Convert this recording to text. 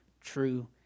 true